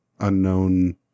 unknown